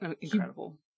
Incredible